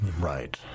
Right